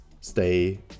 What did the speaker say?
stay